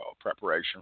preparation